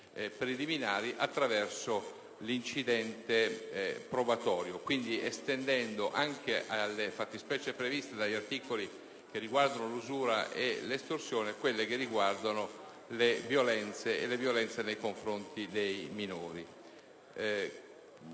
preliminari attraverso l'incidente probatorio, estendendo anche alle fattispecie previste dagli articoli che riguardano l'usura e l'estorsione le facoltà relative alle violenze sessuali e alle violenze nei confronti dei minori.